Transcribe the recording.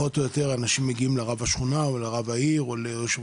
אנשים מגיעים לרב השכונה או לרב העיר או ליושב